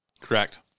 Correct